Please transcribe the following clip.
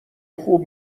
خوب